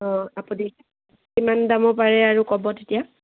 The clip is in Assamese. অঁ আপুনি কিমান দামৰ পাৰে আৰু ক'ব তেতিয়া